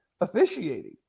officiating